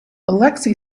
alexei